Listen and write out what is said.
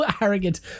arrogant